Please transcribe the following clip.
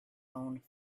own